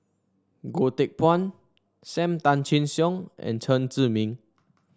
Goh Teck Phuan Sam Tan Chin Siong and Chen Zhiming